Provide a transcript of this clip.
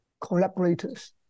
collaborators